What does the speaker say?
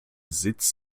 sitz